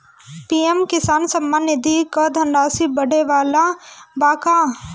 PM Kisan Samman Nidhi क धनराशि बढ़े वाला बा का?